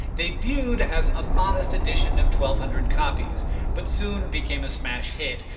debuted as a modest edition of twelve hundred copies but soon became a smash hit.